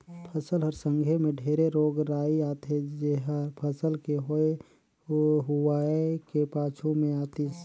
फसल हर संघे मे ढेरे रोग राई आथे जेहर फसल के होए हुवाए के पाछू मे आतिस